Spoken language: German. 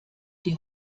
die